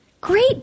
Great